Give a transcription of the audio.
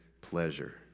pleasure